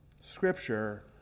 Scripture